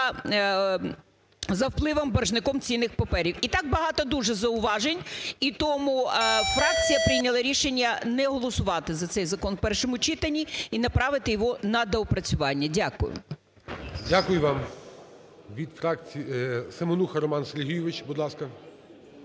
за впливом боржником цінних паперів. І так багато дуже зауважень, і тому фракція прийняла рішення не голосувати за цей закон в першому читанні і направити його на доопрацювання. Дякую. ГОЛОВУЮЧИЙ. Дякую вам. Від фракції… Семенуха Роман Сергійович, будь ласка.